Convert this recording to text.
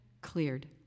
cleared